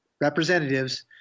representatives